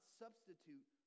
substitute